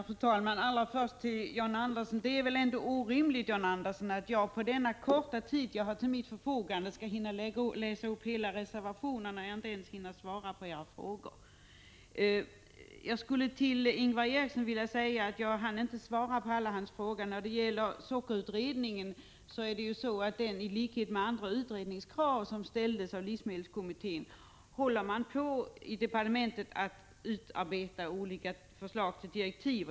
Fru talman! Allra först några ord till John Andersson: Det är väl ändå orimligt att jag på den korta tid som jag har till mitt förfogande skall hinna läsa upp hela reservationen, när jag inte ens hinner svara på era frågor. Jag hann t.ex. inte svara på alla Ingvar Erikssons frågor. Kravet på en sockerutredning behandlas, i likhet med samtliga andra krav på utredning som ställdes av livsmedelskommittén, av jordbruksdepartementet. Man håller där på att utarbeta olika förslag till direktiv.